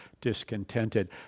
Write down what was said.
discontented